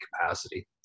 capacity